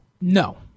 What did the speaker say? No